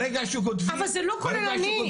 אבל זה לא כוללני.